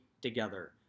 together